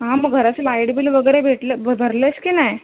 हां मग घराची लाईट बिल वगैरे भेटले भ भरलेस की नाही